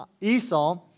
Esau